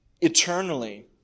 eternally